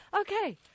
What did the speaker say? Okay